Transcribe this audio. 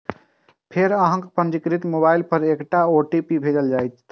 फेर अहांक पंजीकृत मोबाइल पर एकटा ओ.टी.पी भेजल जाएत